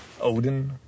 Odin